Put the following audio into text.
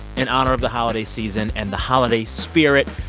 in honor of the holiday season and the holiday spirit,